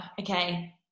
Okay